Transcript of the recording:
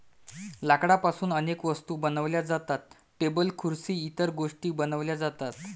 लाकडापासून अनेक वस्तू बनवल्या जातात, टेबल खुर्सी इतर गोष्टीं बनवल्या जातात